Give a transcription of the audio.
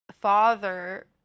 father